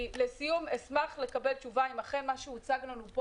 לסיום אני אשמח לקבל תשובה אם אכן מה שהוצג לנו פה